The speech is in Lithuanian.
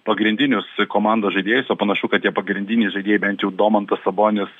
pagrindinius komandos žaidėjus o panašu kad tie pagrindiniai žaidėjai bent jau domantas sabonis